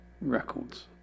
Records